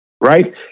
Right